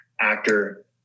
actor